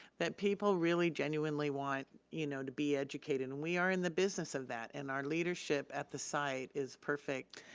that people really genuinely want, you know, to be educated and we are in the business of that and our leadership at the site is perfect,